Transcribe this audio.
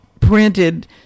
printed